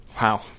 Wow